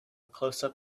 closeup